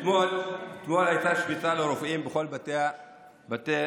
אתמול הייתה שביתה לרופאים בכל בתי החולים